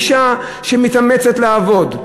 אישה שמתאמצת לעבוד,